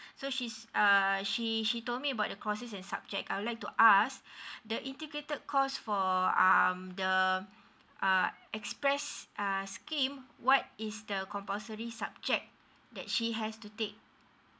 so she uh she she told me about the courses and subject I would like to us the integrated course for um the um express uh scheme what is the compulsory subject that she has to take